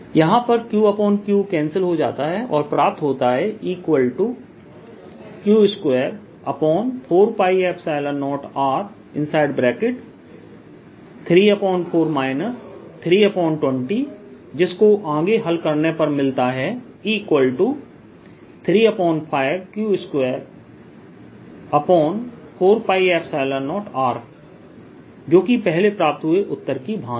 यहां पर QQ cancel हो जाता है और प्राप्त होता है EQ24π0R34 320 जिसको आगे हल करने पर मिलता है E35Q24π0R जोकि पहले प्राप्त हुए उत्तर की ही भांति है